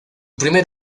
primer